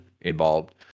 involved